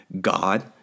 God